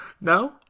No